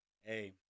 Hey